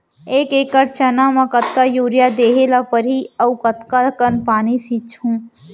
एक एकड़ चना म कतका यूरिया देहे ल परहि अऊ कतका कन पानी छींचहुं?